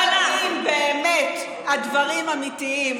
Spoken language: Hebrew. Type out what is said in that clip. אבל אם באמת הדברים אמיתיים,